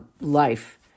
life